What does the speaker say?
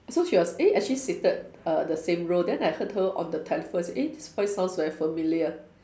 so she was eh actually seated err the same row then I heard her on the telephone I say eh this voice sounds very familiar